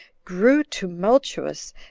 grew tumultuous,